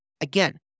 Again